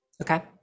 Okay